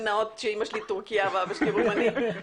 נאות שאימא שלי טורקיה ואבא שלי רומני?